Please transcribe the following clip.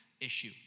issue